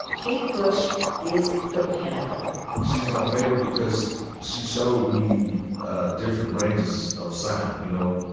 kate bush is the pinnacle she's my favorite because she sold me different ranges of sound. you know,